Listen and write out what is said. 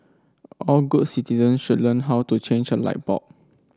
all good citizen should learn how to change a light bulb